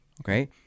okay